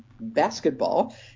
basketball